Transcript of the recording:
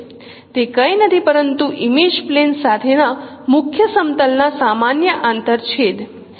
તે કંઈ નથી પરંતુ ઇમેજ પ્લેન સાથે ના મુખ્ય સમતલ ના સામાન્ય આંતરછેદ